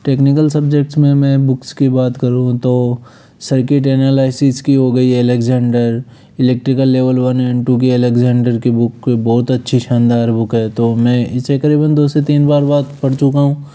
technical subjects में मैं books की बात करूँ तो सर्कीट ऐनालाईसीस की हो गई Alexander electrical level one and two की एलेक्सजेंडर की बुक बहुत अच्छी शानदार बुक है तो मैं इसे करीबन दो से तीन बार बाद पढ़ चुका हूँ